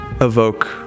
evoke